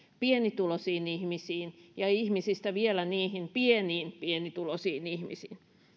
pienituloisiin ihmisiin ja ihmisistä vielä niihin pieniin pienituloisiin ihmisiin